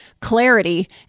clarity